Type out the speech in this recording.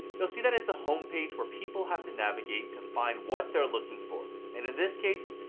you'll see that it's a home page where people have to navigate to find what they're looking for. and in this case,